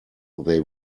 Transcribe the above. they